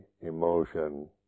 emotion